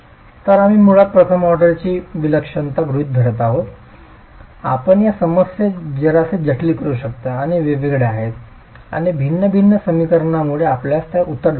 तर आम्ही मुळात प्रथम ऑर्डरची विलक्षणता गृहित धरत आहोत आपण या समस्येस जरासे जटिल करू शकता आणि वेगळ्या आहेत आणि भिन्न भिन्न समीकरणांमुळे आपल्याला त्यास उत्तर द्यावे लागेल